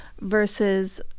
versus